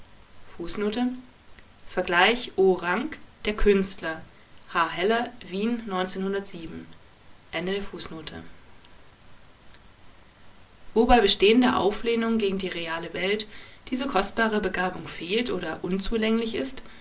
wiedergewinnen wo bei bestehender auflehnung gegen die reale welt diese kostbare begabung fehlt oder unzulänglich ist